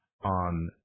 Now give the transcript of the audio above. on